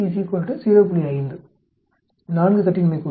5 4 கட்டின்மை கூறுகள்